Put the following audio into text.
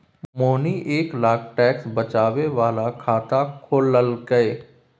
मोहिनी एक लाख टैक्स बचाबै बला खाता खोललकै